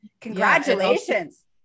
congratulations